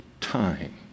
time